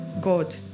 God